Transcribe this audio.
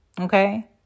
Okay